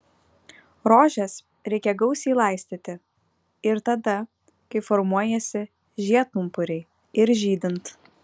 rožes reikia gausiai laistyti ir tada kai formuojasi žiedpumpuriai ir žydint